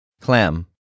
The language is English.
Clam